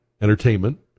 entertainment